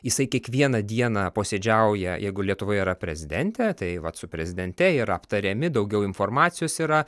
jisai kiekvieną dieną posėdžiauja jeigu lietuvoje yra prezidentė tai vat su prezidente yra aptariami daugiau informacijos yra